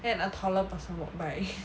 then another taller person walk by